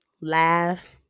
laugh